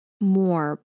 more